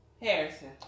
Harrison